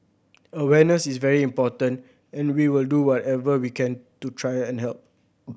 awareness is very important and we will do whatever we can to try and help